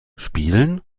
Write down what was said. spielen